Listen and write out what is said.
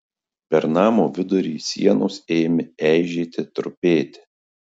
per namo vidurį sienos ėmė eižėti trupėti